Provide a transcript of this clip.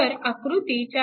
तर आकृती 4